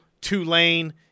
Tulane